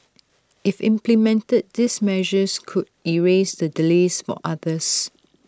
if implemented these measures could ease the delays for others